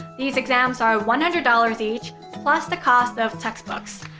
these exams are one hundred dollars each, plus the cost of textbooks.